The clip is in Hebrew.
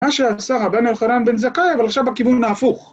מה שעשה רבן יוחנן בן זכאי, אבל עכשיו בכיוון נהפוך